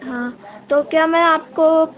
हाँ तो क्या मैं आपको